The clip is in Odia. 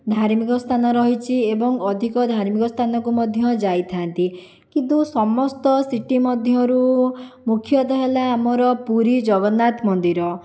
ଧାର୍ମିକ ସ୍ଥାନ ରହିଛି ଏବଂ ଅଧିକ ଧାର୍ମିକ ସ୍ଥାନକୁ ମଧ୍ୟ ଯାଇଥାନ୍ତି କିନ୍ତୁ ସମସ୍ତ ସିଟି ମଧ୍ୟରୁ ମୁଖ୍ୟତଃ ହେଲା ଆମର ପୁରୀ ଜଗନ୍ନାଥ ମନ୍ଦିର